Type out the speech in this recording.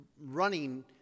running